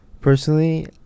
Personally